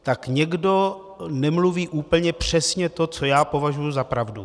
Tak někdo nemluví úplně přesně to, co já považuji za pravdu.